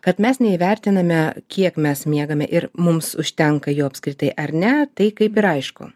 kad mes neįvertiname kiek mes miegame ir mums užtenka jo apskritai ar ne tai kaip ir aišku